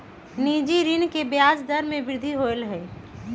निजी ऋण के ब्याज दर में वृद्धि होलय है